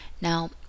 Now